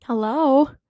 Hello